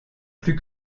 plus